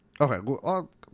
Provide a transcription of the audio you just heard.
Okay